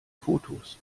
fotos